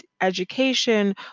education